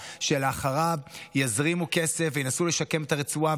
שאחריו יזרימו כסף וינסו לשקם את הרצועה,